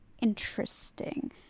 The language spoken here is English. Interesting